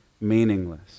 meaningless